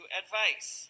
advice